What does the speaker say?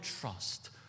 trust